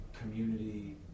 community